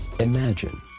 Imagine